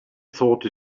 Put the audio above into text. thought